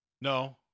no